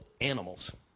animals